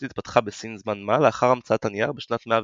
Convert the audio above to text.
התפתחה בסין זמן-מה לאחר המצאת הנייר בשנת 105